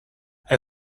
hij